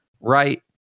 right